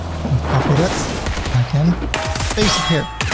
can copy that and i can paste it here.